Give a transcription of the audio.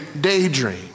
daydream